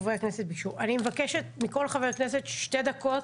אני מבקשת מכל חבר כנסת שתי דקות,